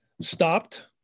stopped